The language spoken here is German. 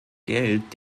geld